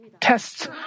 tests